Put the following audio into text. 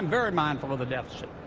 very mindful of the deficit,